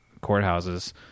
courthouses